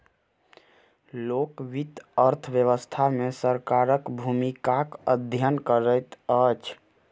लोक वित्त अर्थ व्यवस्था मे सरकारक भूमिकाक अध्ययन करैत अछि